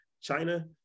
China